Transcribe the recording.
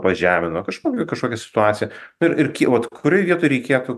pažemino kažkokioj kažkokia situacija ir ir var kurioj vietoj reikėtų